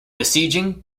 besieging